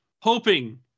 hoping